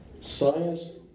Science